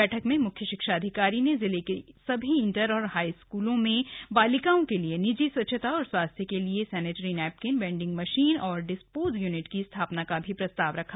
बैठक में मुख्य शिक्षाधिकारी ने जिले के सभी इण्टर और हाईस्कूलों में बालिकाओं के लिए निजी स्वच्छता और स्वास्थ्य के लिए sanitary napkin vending machine और डिस् ोज़ यूनिट की स्था ना का प्रस्ताव भी रखा